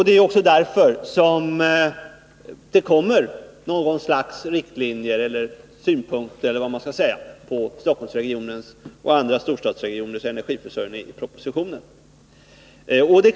Det är också därför som det kommer något slags riktlinjer för eller synpunkter på Stockholmsregionens och andra storstadsregioners energiförsörjning i propositionen.